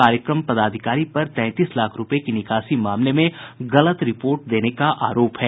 कार्यक्रम पदाधिकारी पर तैंतीस लाख रूपये की निकासी मामले में गलत रिपोर्ट देने का आरोप है